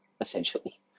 essentially